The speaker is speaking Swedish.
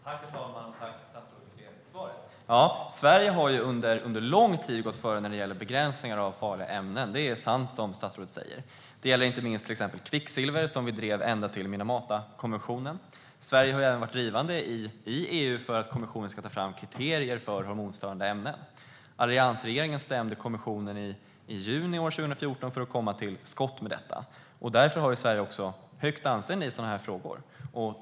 Herr talman! Tack för det svaret, statsrådet! Det statsrådet säger är sant. Sverige har under lång tid gått före när det gäller begränsningar av farliga ämnen. Det gäller inte minst kvicksilver, som vi drev ända till Minamatakonventionen. Sverige har även varit drivande i EU för att kommissionen ska ta fram kriterier för hormonstörande ämnen. Alliansregeringen stämde kommissionen i juni 2014 för att man skulle komma till skott med detta. Därför har Sverige också högt anseende i sådana här frågor.